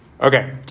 Okay